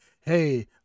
hey